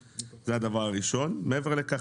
למה?